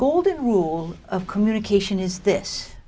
golden rule of communication is this